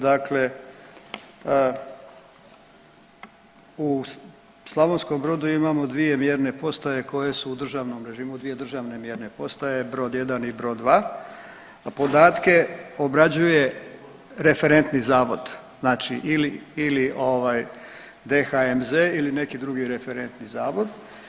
Dakle, u Slavonskom Brodu imamo dvije mjerne postaje koje su u državnom režimu, dvije državne mjerne postaje, Brod 1 i Brod 2. Podatke obrađuje referentni zavod, znači ili ovaj, DHMZ ili neki drugi referentni zavod.